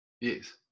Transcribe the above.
Yes